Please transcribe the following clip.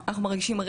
וזה מצליח.